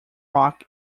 rock